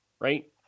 right